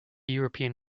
european